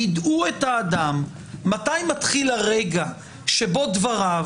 יידעו את האדם מתי מתחיל הרגע שבו דבריו